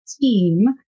team